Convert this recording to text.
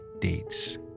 dates